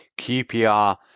QPR